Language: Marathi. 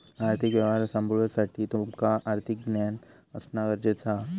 आर्थिक व्यवहार सांभाळुसाठी तुका आर्थिक ज्ञान असणा गरजेचा हा